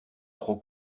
trop